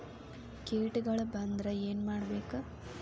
ಕೇಟಗಳ ಬಂದ್ರ ಏನ್ ಮಾಡ್ಬೇಕ್?